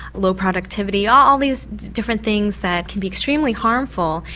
low productivity, all these different things that can be extremely harmful.